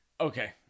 Okay